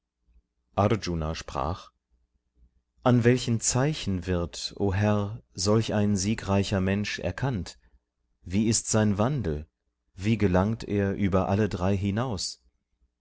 arjuna sprach an welchen zeichen wird o herr solch ein siegreicher mensch erkannt wie ist sein wandel wie gelangt er über alle drei hinaus